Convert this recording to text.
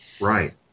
right